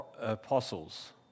apostles